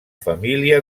família